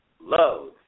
love